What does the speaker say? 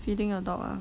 feeding your dog ah